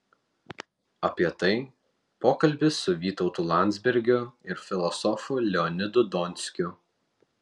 apie tai pokalbis su vytautu landsbergiu ir filosofu leonidu donskiu